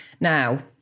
Now